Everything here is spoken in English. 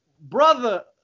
brother